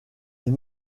est